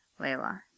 Layla